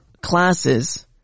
classes